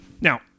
Now